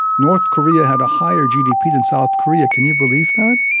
north korea had a higher gdp than south korea. can you believe that?